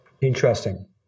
Interesting